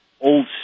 old